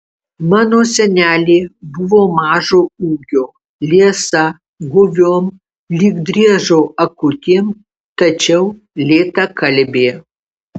mano senelė buvo mažo ūgio liesa guviom lyg driežo akutėm tačiau lėtakalbė